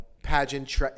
Pageant